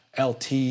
LT